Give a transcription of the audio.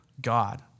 God